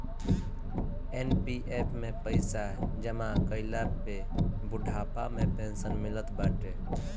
NPF में पईसा जमा कईला पे बुढ़ापा में पेंशन मिलत बाटे